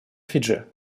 фиджи